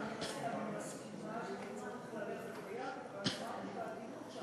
אני מסכימה שצריך ללכת יחד, אבל אמרתי בהגינות,